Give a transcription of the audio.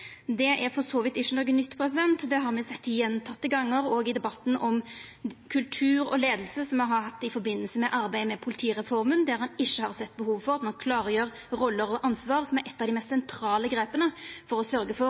Det er for så vidt ikkje noko nytt – det har me sett gjentekne gonger òg i debatten om kultur og leiing som me har hatt i samband med arbeidet med politireforma, der han ikkje har sett behov for å klargjera roller og ansvar, som er eit av dei mest sentrale grepa for å sørgja for